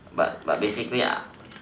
but but basically